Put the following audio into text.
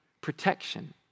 protection